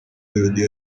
melodie